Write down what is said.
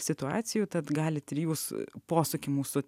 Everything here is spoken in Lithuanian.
situacijų tad galit ir jūs posūkį mūsų